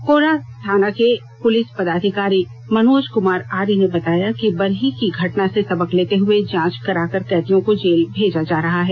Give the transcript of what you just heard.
कोर्रा थाना के पुलिस पदाधिकारी मनोज कमार आर्य ने बताया कि बरही की घटना से सबक लेते हुए जांच करा कर कैदियों को जेल भेजा जा रहा है